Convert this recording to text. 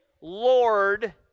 Lord